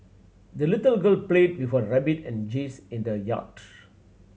the little girl played with her rabbit and geese in the yard